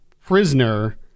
prisoner